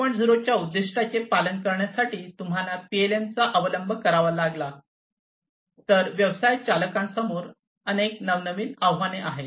0 च्या उद्दीष्टाचे पालन करण्यासाठी तुम्हाला पीएलएमचा अवलंब करावा लागला तर व्यवसाय चालकांसमोर अनेक नवीन आव्हाने आहेत